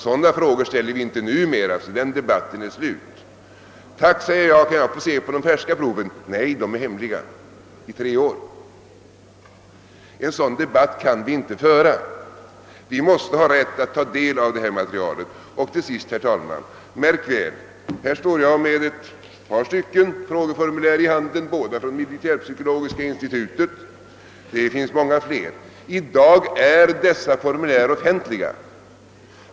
Sådana frågor ställer vi inte numera, så den debatten är slut.» Tack, säger jag, kan jag få se på de färska proven? »Nej, de är hemliga i tre år.» En sådan debatt kan vi inte föra. Vi måste ha rätt att ta del av detta material. Till sist, herr talman, märk väl: Här står jag med ett par frågeformulär i handen, båda från militärpsykologiska institutet. Det finns många fler. I dag är de offentliga.